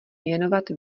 věnovat